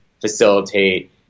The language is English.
facilitate